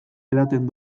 edaten